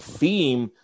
theme